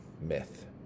myth